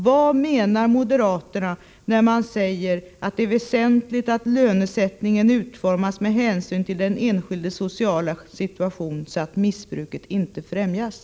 Vad menar moderaterna när de säger att det är ”väsentligt att lönesättningen utformas med hänsyn till den enskildes sociala situation, så att missbruket inte främjas”?